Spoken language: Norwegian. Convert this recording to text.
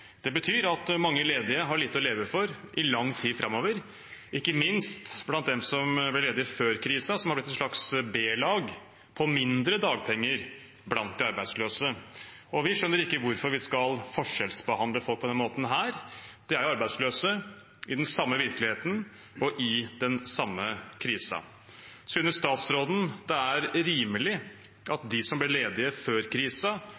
Det betyr at mange ledige har lite å leve for i lang tid framover, ikke minst blant dem som ble ledige før krisen, som har blitt et slags B-lag på mindre dagpenger blant de arbeidsløse. Vi skjønner ikke hvorfor vi skal forskjellsbehandle folk på den måten. De er arbeidsløse i den samme virkeligheten og i den samme krisen. Synes statsråden det er rimelig at de som ble ledige før